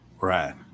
Right